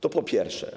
To po pierwsze.